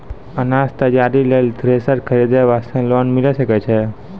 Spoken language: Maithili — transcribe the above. अनाज तैयारी लेल थ्रेसर खरीदे वास्ते लोन मिले सकय छै?